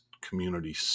community